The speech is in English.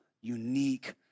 unique